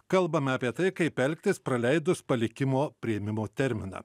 kalbame apie tai kaip elgtis praleidus palikimo priėmimo terminą